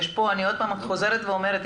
אני עוד פעם חוזרת ואומרת,